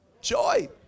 Joy